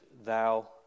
thou